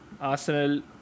Arsenal